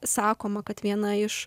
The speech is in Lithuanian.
sakoma kad viena iš